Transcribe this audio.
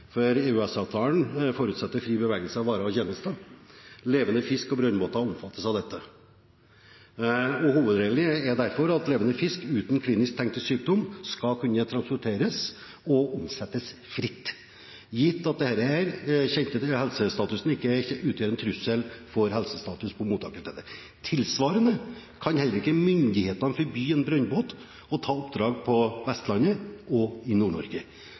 for EØS-avtalen forutsetter fri bevegelse av varer og tjenester. Levende fisk og brønnbåter omfattes av dette. Hovedregelen er derfor at levende fisk uten klinisk tegn til sykdom skal kunne transporteres og omsettes fritt – gitt at kjent helsestatus ikke utgjør en trussel for helsestatusen på mottakerstedet. Tilsvarende kan heller ikke myndighetene forby en brønnbåt å ta oppdrag på Vestlandet og i